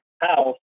house